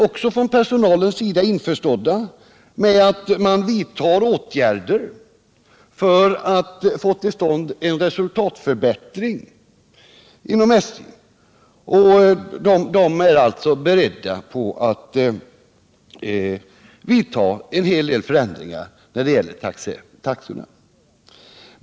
Personalsidan är också införstådd med att åtgärder måste vidtas inom SJ för att få till stånd en resultatförbättring. Personalen är alltså beredd på att en hel del förändringar av taxorna vidtas.